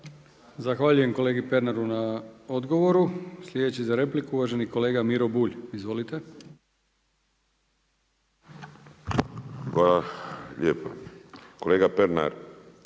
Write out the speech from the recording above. Zahvaljujem kolegi Grmoji na odgovoru. Sljedeća replika uvaženi kolega Ivan Pernar. Izvolite.